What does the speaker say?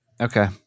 Okay